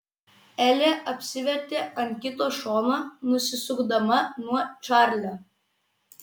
elė apsivertė ant kito šono nusisukdama nuo čarlio